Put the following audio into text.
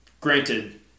granted